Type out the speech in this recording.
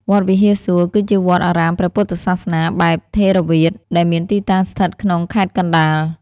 វត្តវិហារសួគ៌ គឺជាវត្តអារាមព្រះពុទ្ធសាសនាបែបថេរវាទដែលមានទីតាំងស្ថិតក្នុងខេត្តកណ្ដាល។